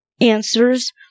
answers